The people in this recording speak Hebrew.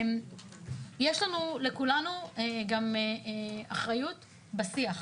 יש לנו, לכולנו, גם אחריות בשיח.